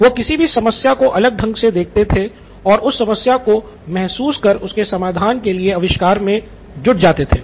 वो किसी भी समस्या को अलग ढंग से देखते थे और उस समस्या को महसूस कर उसके समाधान के लिए आविष्कार करने मे जुट जाते थे